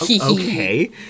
Okay